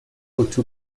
اتو